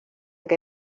que